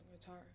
guitar